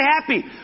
happy